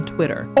Twitter